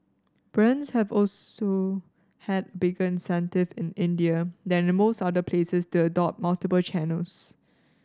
brands have also had bigger incentive in India than in most other places to adopt multiple channels